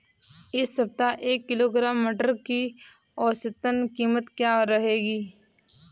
इस सप्ताह एक किलोग्राम मटर की औसतन कीमत क्या रहेगी?